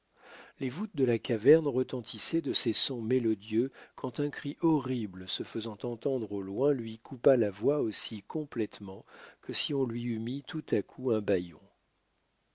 les voûtes de la caverne retentissaient de ses sons mélodieux quand un cri horrible se faisant entendre au loin lui coupa la voix aussi complètement que si on lui eût mis tout à coup un bâillon